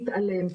באטימות.